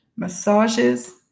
massages